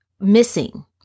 missing